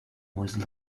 was